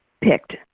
picked